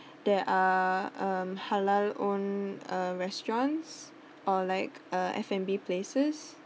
there are um halal owned uh restaurants or like a F&B places